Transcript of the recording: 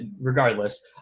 regardless